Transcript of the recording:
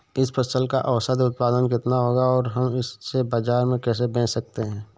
इस फसल का औसत उत्पादन कितना होगा और हम इसे बाजार में कैसे बेच सकते हैं?